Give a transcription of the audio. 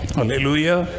Hallelujah